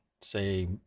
say